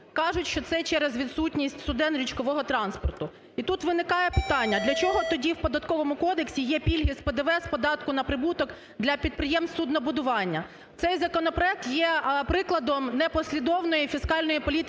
Кажуть, що це через відсутність суден річкового транспорту. І тут виникає питання: а для чого тоді в Податковому кодексі є пільги з ПДВ з податку на прибуток для підприємств суднобудування? Цей законопроект є прикладом непослідовної фіскальної політики